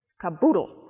Caboodle